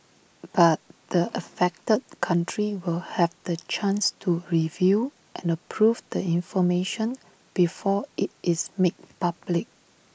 but the affected country will have the chance to review and approve the information before IT is made public